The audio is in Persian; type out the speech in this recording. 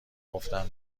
گفتم